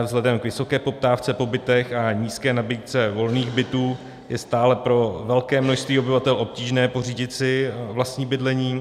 Vzhledem k vysoké poptávce po bytech a nízké nabídce volných bytů je stále pro velké množství obyvatel obtížné pořídit si vlastní bydlení.